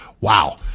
Wow